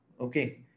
Okay